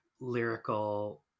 lyrical